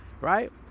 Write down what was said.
right